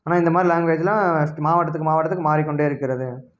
ஆனால் இந்த மாதிரி லேங்குவேஜ்லாம் இஸ்க் மாவட்டத்துக்கு மாவட்டத்துக்கு மாறிக்கொண்டே இருக்கிறது